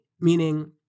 meaning